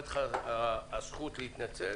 עומדת לך הזכות להתנצל